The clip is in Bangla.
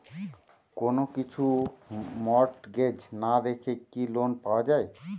কোন কিছু মর্টগেজ না রেখে কি লোন পাওয়া য়ায়?